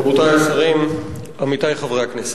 רבותי השרים, עמיתי חברי הכנסת,